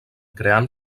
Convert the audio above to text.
creant